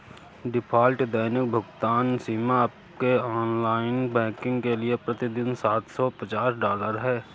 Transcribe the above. default दैनिक भुगतान सीमा आपके ऑनलाइन बैंकिंग के लिए प्रति दिन सात सौ पचास डॉलर है